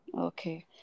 Okay